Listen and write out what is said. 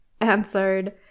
answered